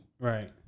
Right